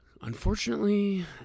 Unfortunately